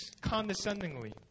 condescendingly